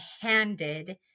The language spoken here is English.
handed